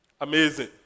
Amazing